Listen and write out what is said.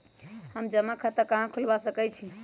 हम जमा खाता कहां खुलवा सकई छी?